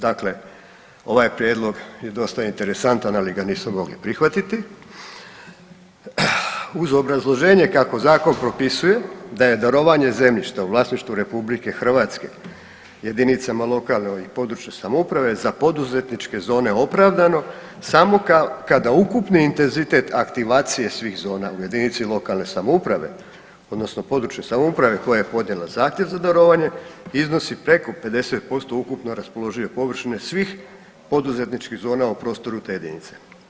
Dakle ovaj prijedlog je dosta interesantan, ali ga nismo mogli prihvatiti uz obrazloženje kako zakon propisuje da je darovanje zemljišta u vlasništvu RH, jedinicama lokalne i područne samouprave za poduzetničke zone opravdano samo kada ukupni intenzitet aktivacije svih zona u jedinice lokalne samouprave odnosno područne samouprave, koja je podnijela zahtjev za darovanje, iznosi preko 50% ukupno raspoložive površine svih poduzetničkih zona u prostoru te jedinice.